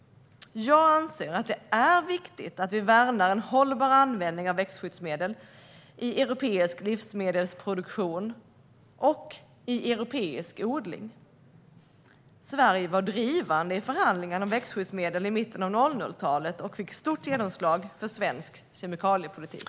Jag anser att det är viktigt att vi värnar en hållbar användning av växtskyddsmedel i europeisk livsmedelsproduktion och europeisk odling. Sverige var drivande i förhandlingarna om växtskyddsmedelsförordningen i mitten av 00-talet och fick stort genomslag för svensk kemikaliepolitik.